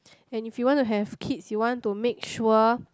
and if you want to have kids you want to make sure